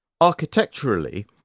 architecturally